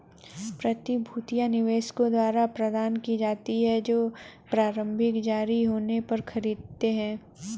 प्रतिभूतियां निवेशकों द्वारा प्रदान की जाती हैं जो प्रारंभिक जारी होने पर खरीदते हैं